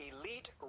elite